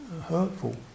hurtful